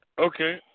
Okay